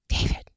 David